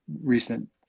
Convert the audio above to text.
recent